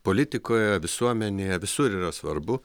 politikoje visuomenėje visur yra svarbu